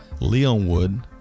Leonwood